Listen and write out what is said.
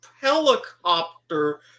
helicopter